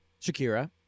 Shakira